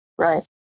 Right